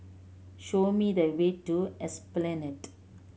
show me the way to Esplanade